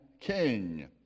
king